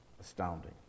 astounding